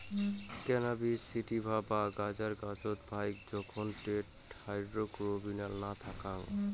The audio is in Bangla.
ক্যানাবিস স্যাটিভা বা গাঁজার গছত ফাইক জোখন টেট্রাহাইড্রোক্যানাবিনোল না থাকং